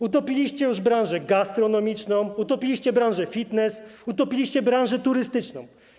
Utopiliście już branżę gastronomiczną, utopiliście branżę fitness, utopiliście branżę turystyczną.